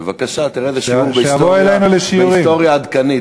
בבקשה, תראה איזה שיעור בהיסטוריה עדכנית.